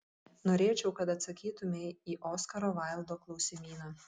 norėčiau kad atsakytumei į oskaro vaildo klausimyną